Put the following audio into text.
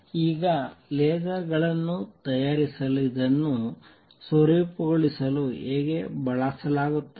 ಈಗ ಲೇಸರ್ ಗಳನ್ನು ತಯಾರಿಸಲು ಇದನ್ನು ಸ್ವರೂಪಗೊಳಿಸಲು ಹೇಗೆ ಬಳಸಲಾಗುತ್ತದೆ